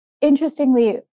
Interestingly